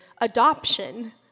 Adoption